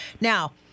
Now